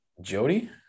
Jody